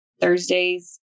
thursdays